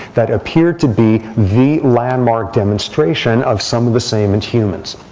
that appeared to be the landmark demonstration of some of the same in humans